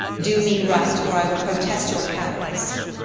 do me right, or i will protest your cowardice.